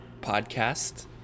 podcast